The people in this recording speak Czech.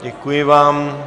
Děkuji vám.